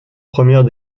première